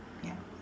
yup